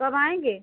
कब आएँगे